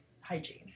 hygiene